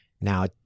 Now